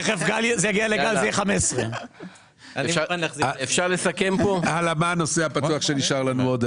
כשזה יגיע לגל זה יהיה 15. מה הנושא הפתוח שנשאר לנו עוד?